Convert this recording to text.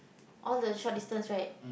all the short distance right